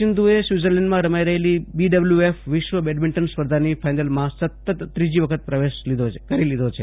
સિંધુએ સ્વિઝર્લેન્ડમાં રમાઈ રહેલી બીડબલ્યુએફ વિશ્વ બેડિમંગ્ટન સ્પ્રધાનની ફાઈનલમાં સતત ત્રીજી વખત પ્રવેશ કર્યો છે